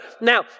now